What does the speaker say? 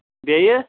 بیٚیہِ